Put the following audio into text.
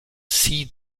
sea